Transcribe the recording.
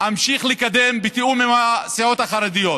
לקדם בתיאום עם הסיעות החרדיות.